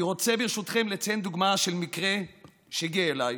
אני רוצה ברשותכם לציין דוגמה של מקרה שהגיע אליי.